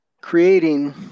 creating